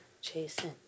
Jason